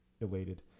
elated